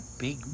big